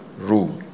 rule